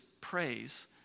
praise